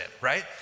right